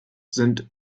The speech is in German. sind